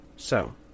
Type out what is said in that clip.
So